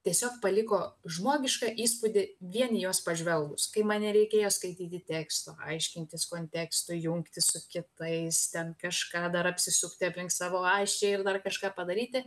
tiesiog paliko žmogišką įspūdį vien į juos pažvelgus kai man nereikėjo skaityti teksto aiškintis konteksto jungti su kitais ten kažką dar apsisukti aplink savo ašį ir dar kažką padaryti